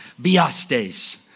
Biastes